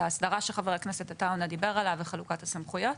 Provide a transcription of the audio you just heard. להסדרה שחבר הכנסת עטאונה דיבר עליה ולחלוקת הסמכויות,